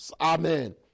Amen